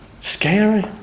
Scary